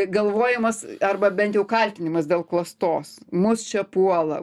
galvojimas arba bent jau kaltinimas dėl klastos mus čia puola